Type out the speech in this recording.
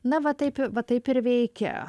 na va taip va taip ir veikia